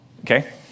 Okay